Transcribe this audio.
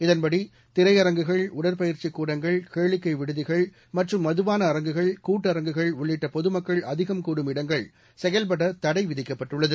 இதன்படிதிரையரங்குகள் உடற்பயிற்சிக் கூடங்கள் கேளிக்கைவிடுதிகள் மற்றும் மதுபான அரங்குகள் கூட்டரங்குகள் உள்ளிட்டபொதுமக்கள் அதிகம் கூடும் இடங்கள் செயல்படதடைவிதிக்கப்பட்டுள்ளது